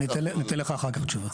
ניתן לך אחר כך תשובה.